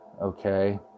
Okay